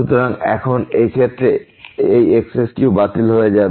সুতরাং এখন এই ক্ষেত্রে এই x3বাতিল হয়ে যাবে